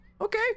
okay